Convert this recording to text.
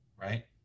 right